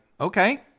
okay